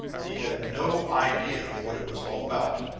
he had no idea what it was all about,